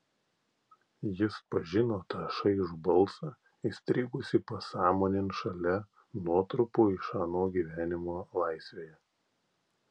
jis pažino tą šaižų balsą įstrigusį pasąmonėn šalia nuotrupų iš ano gyvenimo laisvėje